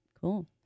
cool